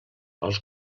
els